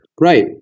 Right